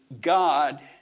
God